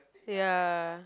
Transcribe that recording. ya